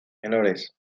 menores